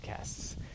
podcasts